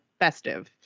festive